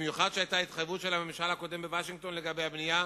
במיוחד לאחר שהיתה התחייבות של הממשל הקודם בוושינגטון לגבי הבנייה